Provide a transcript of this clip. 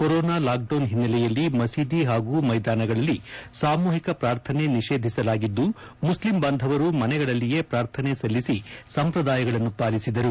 corona lockdown ಹಿನ್ನಲೆಯಲ್ಲಿ ಮಸೀದಿ ಹಾಗೂ ಮೈದಾನಗಳಲ್ಲಿ ಸಾಮೂಹಿಕ ಪ್ರಾರ್ಥನೆ ನಿಷೇಧಿಸಲಾಗಿದ್ದು ಮುಸ್ಲಿಂ ಬಾಂಧವರು ಮನೆಗಳಲ್ಲಿಯೇ ಪ್ರಾರ್ಥನೆ ಸಲ್ಲಿಸಿ ಸಂಪ್ರದಾಯಗಳನ್ನು ಪಾಲಿಸಿದರು